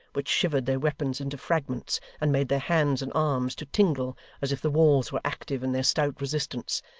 which shivered their weapons into fragments, and made their hands and arms to tingle as if the walls were active in their stout resistance,